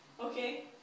Okay